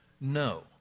No